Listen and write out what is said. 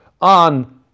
on